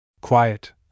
quiet